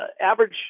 average